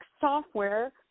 software